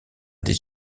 des